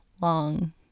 long